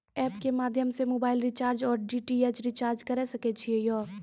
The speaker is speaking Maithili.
एप के माध्यम से मोबाइल रिचार्ज ओर डी.टी.एच रिचार्ज करऽ सके छी यो?